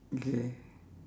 okay